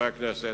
חברי הכנסת,